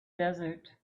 desert